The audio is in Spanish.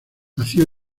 nació